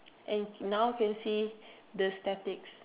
and now can see the statics